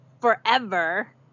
forever